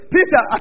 Peter